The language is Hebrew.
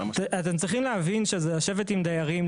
אתם צריכים להבין שזה לשב עם דיירים.